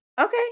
Okay